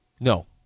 No